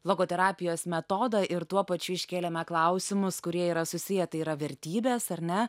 logoterapijos metodą ir tuo pačiu iškėlėme klausimus kurie yra susiję tai yra vertybes ar ne